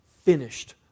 finished